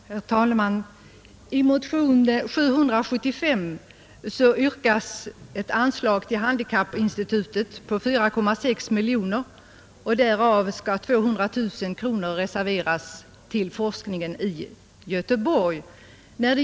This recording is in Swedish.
Herr talman! I motion 775 yrkas ett anslag till handikappinstitutet på 4,6 miljoner kronor. Av detta anslag skall 200 000 kronor beräknas för handikappforskningen i Göteborg.